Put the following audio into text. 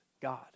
God